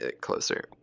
closer